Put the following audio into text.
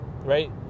right